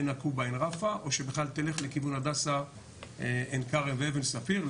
עין עקובה עין רפא או שבכלל תלך לכיוון הדסה עין כרם ואבן ספיר,